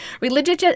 religious